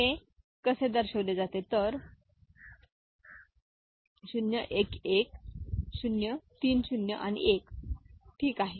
हे कसे दर्शविले जाते तर 0 1 1 0 तीन 0 आणि 1 ठीक आहे